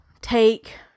take